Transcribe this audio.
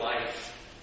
life